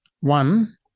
One